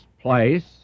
place